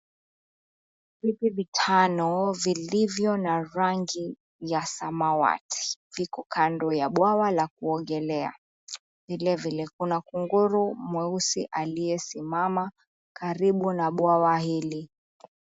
Viti vitano vilivyo na rangi ya samawati viko kando ya bwawa la kuogelea, vilevile kuna kunguru mweusi aliyesimama karibu na bwawa hili.